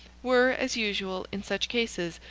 were, as usual in such cases,